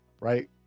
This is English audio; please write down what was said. right